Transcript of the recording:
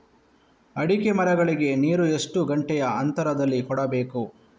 ಅಡಿಕೆ ಮರಗಳಿಗೆ ನೀರು ಎಷ್ಟು ಗಂಟೆಯ ಅಂತರದಲಿ ಕೊಡಬೇಕು?